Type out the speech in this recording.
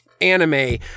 Anime